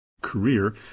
career